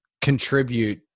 contribute